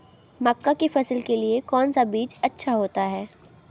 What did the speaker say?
मक्का की फसल के लिए कौन सा बीज अच्छा होता है?